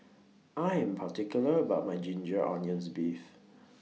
I Am particular about My Ginger Onions Beef